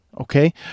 Okay